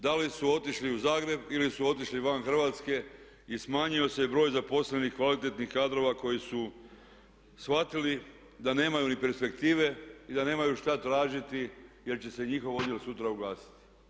Da li su otišli u Zagreb ili su otišli van Hrvatske i smanjio se broj zaposlenih kvalitetnih kadrova koji su shvatili da nemaju ni perspektive i da nemaju što tražiti jer će se njihov odjel sutra ugasiti.